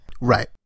Right